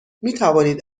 میتوانید